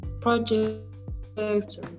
projects